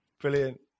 Brilliant